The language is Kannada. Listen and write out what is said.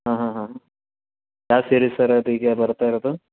ಹಾಂ ಹಾಂ ಹಾಂ ಯಾವ ಸಿರೀಸ್ ಸರ್ ಅದು ಹೀಗೆ ಬರ್ತಾಯಿರೋದು